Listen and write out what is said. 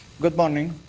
good morning.